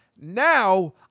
now